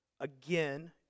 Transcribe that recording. Again